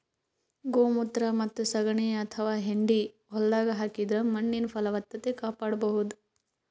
ಗೋಮೂತ್ರ ಮತ್ತ್ ಸಗಣಿ ಅಥವಾ ಹೆಂಡಿ ಹೊಲ್ದಾಗ ಹಾಕಿದ್ರ ಮಣ್ಣಿನ್ ಫಲವತ್ತತೆ ಕಾಪಾಡಬಹುದ್